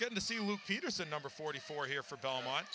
getting to see luke peterson number forty four here for belmont